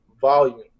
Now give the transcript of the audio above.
volume